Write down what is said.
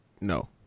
no